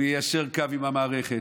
הוא יישר קו עם המערכת,